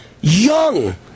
young